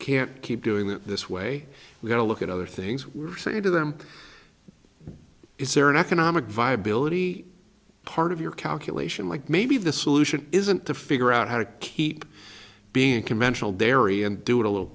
can't keep doing it this way we've got to look at other things we say to them is there an economic viability part of your calculation like maybe the solution isn't to figure out how to keep being conventional dairy and do it a little